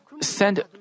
send